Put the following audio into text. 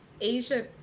Asia